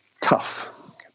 tough